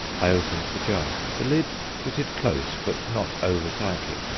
i opened the jar. the lid fitted close but not over tightly.